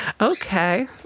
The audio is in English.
Okay